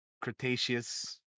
Cretaceous